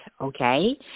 Okay